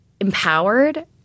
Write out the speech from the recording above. Empowered